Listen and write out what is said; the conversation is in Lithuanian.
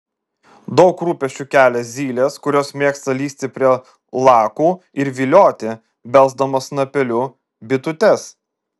daug rūpesčių kelia zylės kurios mėgsta lįsti prie lakų ir vilioti belsdamos snapeliu bitutes